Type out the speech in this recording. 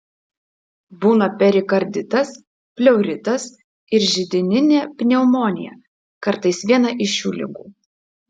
būna perikarditas pleuritas ir židininė pneumonija kartais viena iš šių ligų